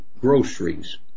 groceries